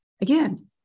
again